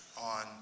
on